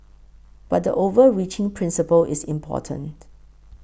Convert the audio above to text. but the overreaching principle is important